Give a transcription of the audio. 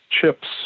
chips